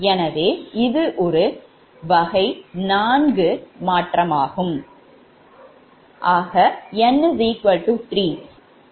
எனவே இது ஒரு வகை 4 மாற்றமாகும்